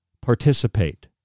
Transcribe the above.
participate